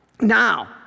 Now